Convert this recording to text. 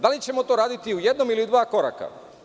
Da li ćemo to raditi u jednom ili u dva koraka?